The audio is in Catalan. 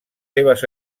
seves